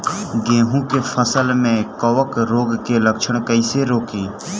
गेहूं के फसल में कवक रोग के लक्षण कईसे रोकी?